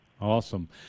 Awesome